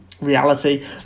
reality